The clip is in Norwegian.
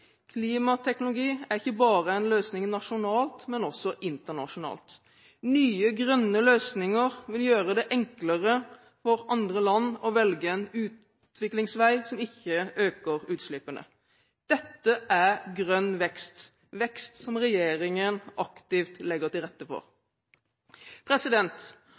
Klimateknologi er ikke bare en løsning nasjonalt, men også internasjonalt. Nye grønne løsninger vil gjøre det enklere for andre land å velge en utviklingsvei som ikke øker utslippene. Dette er grønn vekst – vekst som regjeringen aktivt legger til rette